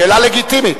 שאלה לגיטימית.